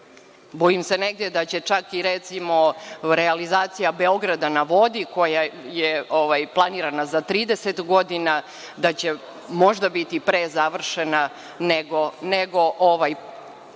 Bojim se negde da će čak, recimo, i realizacija „Beograda na vodi“, koja je planirana za 30 godina, da će možda biti pre završena nego ovaj